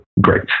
great